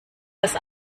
das